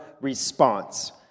response